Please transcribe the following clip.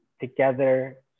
together